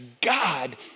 God